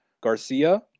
Garcia